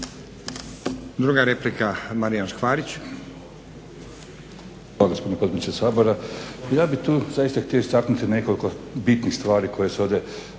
**Škvarić, Marijan (HNS)** Hvala gospodine potpredsjedniče Sabora. Ja bih tu zaista htio istaknuti nekoliko bitnih stvari koje su ovdje